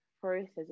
process